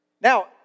Now